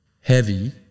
heavy